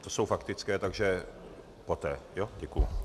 To jsou faktické, takže poté, děkuji.